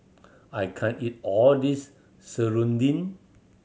I can't eat all this serunding